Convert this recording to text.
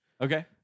Okay